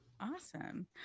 Awesome